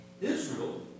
Israel